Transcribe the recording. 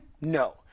No